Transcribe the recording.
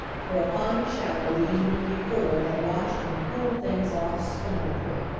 for a fine shower the evening before had washed and cooled things off splendidly.